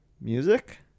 Music